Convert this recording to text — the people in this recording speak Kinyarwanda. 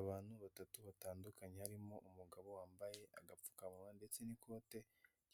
Abantu batatu batandukanye harimo umugabo wambaye agapfukamunwa ndetse n'ikote